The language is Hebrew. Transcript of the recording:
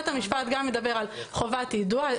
בית המשפט גם מדבר על חובת יידוע,